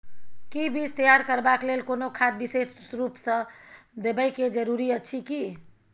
कि बीज तैयार करबाक लेल कोनो खाद विशेष रूप स देबै के जरूरी अछि की?